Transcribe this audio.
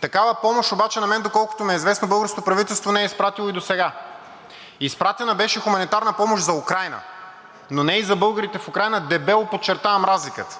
Такава помощ обаче на мен, доколкото ми е известно, българското правителство не е изпратило и досега. Изпратена беше хуманитарна помощ за Украйна, но не и за българите в Украйна, дебело подчертавам разликата,